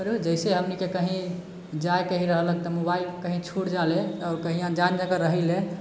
जैसे हमनिके कही जाएके ही रहलक तऽ मोबाइल कही छूट जा ले आओर कही अन्जान जगह रहिले